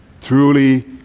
Truly